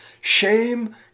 Shame